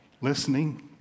listening